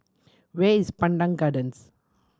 where is Pandan Gardens